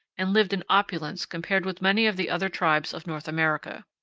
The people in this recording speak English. and lived in opulence compared with many of the other tribes of north america.